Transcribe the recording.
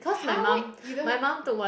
!huh! why you don't